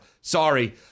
Sorry